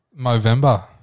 Movember